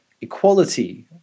equality